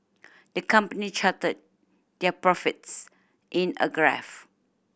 the company charted their profits in a graph